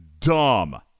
dumb